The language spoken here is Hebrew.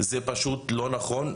זה פשוט לא נכון,